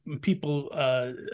people